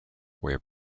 web